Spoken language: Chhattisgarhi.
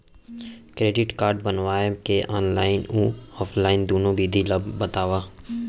क्रेडिट कारड बनवाए के ऑनलाइन अऊ ऑफलाइन दुनो विधि ला बतावव?